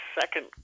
second